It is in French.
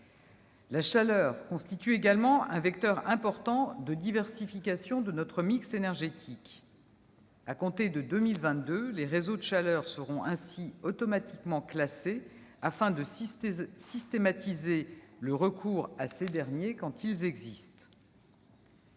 La chaleur constitue également un vecteur important de diversification de notre mix énergétique. À compter de 2022, les réseaux de chaleur seront automatiquement classés, afin de systématiser le recours à ces derniers quand ils existent.